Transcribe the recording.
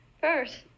First